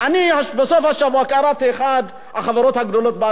בסוף השבוע קראתי שאחת החברות הגדולות בארץ,